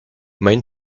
main